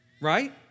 Right